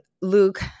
Luke